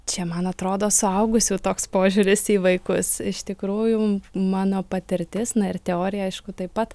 čia man atrodo suaugusių toks požiūris į vaikus iš tikrųjų mano patirtis na ir teorija aišku taip pat